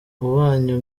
abanya